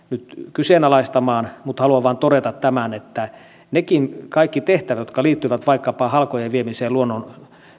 kyseenalaistamaan mutta haluan vain todeta tämän että eivät nekään kaikki tehtävät jotka liittyvät vaikkapa halkojen viemiseen